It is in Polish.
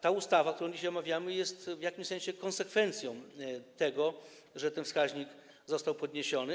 Ta ustawa, którą dzisiaj omawiamy, jest w jakimś sensie konsekwencją tego, że ten wskaźnik został podniesiony.